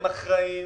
הם אחראים